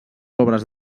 obres